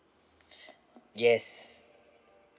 yes